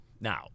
Now